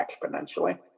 exponentially